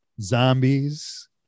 zombies